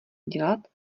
dělat